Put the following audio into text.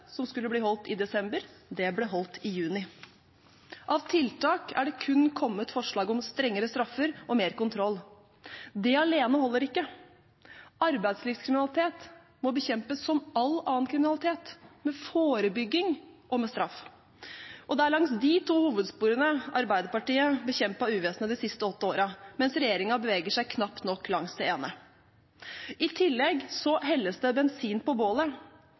som skulle bli holdt i desember, ble holdt i juni. Av tiltak er det kun kommet forslag om strengere straffer og mer kontroll. Det alene holder ikke. Arbeidslivskriminalitet må bekjempes som all annen kriminalitet med forebygging og med straff. Det er langs de to hovedsporene Arbeiderpartiet bekjempet uvesenet de siste åtte årene, mens regjeringen beveger seg knapt nok langs det ene. I tillegg helles det bensin på bålet